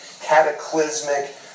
cataclysmic